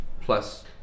plus